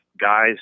guys